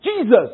Jesus